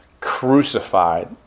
crucified